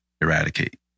eradicate